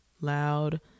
loud